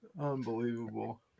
Unbelievable